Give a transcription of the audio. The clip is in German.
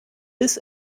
bis